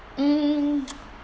mm